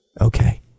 okay